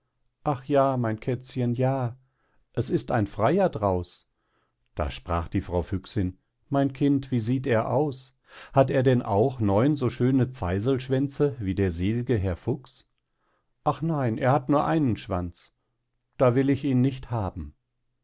ach ja mein kätzchen ja es ist ein freier draus da sprach die frau füchsin mein kind wie sieht er aus hat er denn auch neun so schöne zeiselschwänze wie der selige herr fuchs ach nein er hat nur einen schwanz da will ich ihn nicht haben